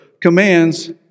commands